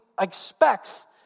expects